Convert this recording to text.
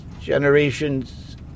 generation's